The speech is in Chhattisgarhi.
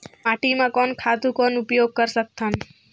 माटी म कोन खातु कौन उपयोग कर सकथन?